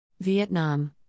Vietnam